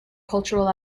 cultural